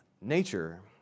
nature